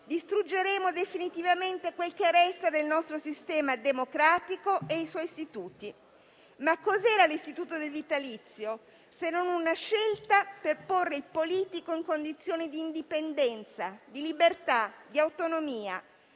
distruggeremo definitivamente quel che resta del nostro sistema democratico e dei suoi istituti. Cos'era però l'istituto del vitalizio, se non una scelta per porre il politico in condizioni di indipendenza, libertà e autonomia?